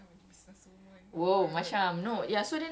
ya ya ya a'ah soon